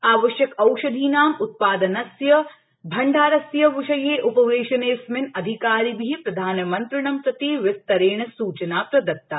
आवश्यक औषधीनां उत्पादनस्य भण्डारस्य विषये उपवेशनेऽस्मिन् अधिकारिभि प्रधानमंत्रिणं प्रति विस्तरेण सूचना प्रदत्ता